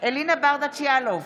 אלינה ברדץ' יאלוב,